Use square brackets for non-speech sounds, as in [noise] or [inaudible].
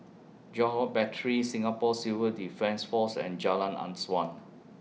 Johore Battery Singapore Civil Defence Force and Jalan [unintelligible]